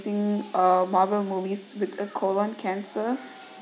uh marvel movies with a colon cancer